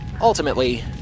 Ultimately